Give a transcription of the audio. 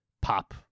pop